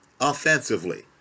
offensively